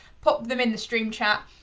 pop them in the stream chat.